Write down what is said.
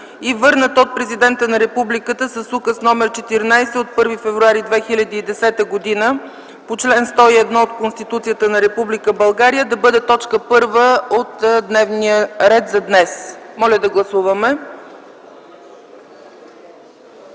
и върнат от Президента на Републиката с Указ № 14 от 1 февруари 2010 г. по чл. 101 от Конституцията на Република България, да бъде т. 1 от дневния ред за днес. Гласували